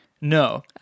No